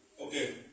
Okay